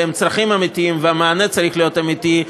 והם צרכים אמיתיים והמענה צריך להיות אמיתי,